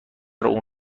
اون